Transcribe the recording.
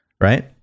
right